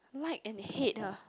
like and hate ah